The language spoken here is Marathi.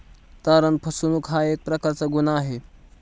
तारण फसवणूक हा एक प्रकारचा गुन्हा आहे